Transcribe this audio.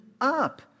up